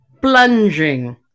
plunging